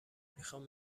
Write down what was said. میخام